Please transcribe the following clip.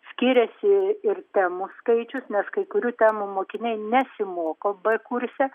skiriasi ir temų skaičius nes kai kurių temų mokiniai nesimoko b kurse